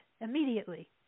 immediately